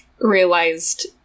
realized